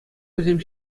вӗсем